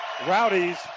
Rowdies